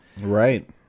right